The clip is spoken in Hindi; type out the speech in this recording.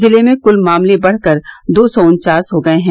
जिले में कुल मामले बढ़कर दो सौ उन्वास हो गए हैं